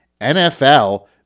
NFL